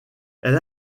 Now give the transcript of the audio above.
elle